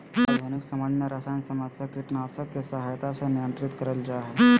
आधुनिक समाज में सरसायन समस्या कीटनाशक के सहायता से नियंत्रित करल जा हई